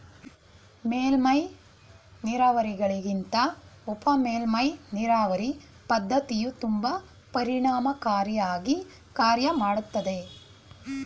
ಮೇಲ್ಮೈ ನೀರಾವರಿಗಳಿಗಿಂತ ಉಪಮೇಲ್ಮೈ ನೀರಾವರಿ ಪದ್ಧತಿಯು ತುಂಬಾ ಪರಿಣಾಮಕಾರಿ ಆಗಿ ಕಾರ್ಯ ಮಾಡ್ತದೆ